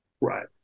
Right